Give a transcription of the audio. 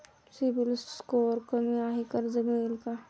CIBIL score कमी आहे कर्ज मिळेल का?